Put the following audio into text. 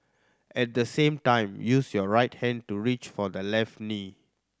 at the same time use your right hand to reach for the left knee